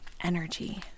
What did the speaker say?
energy